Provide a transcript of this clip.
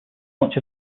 much